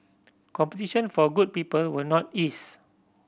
competition for good people will not ease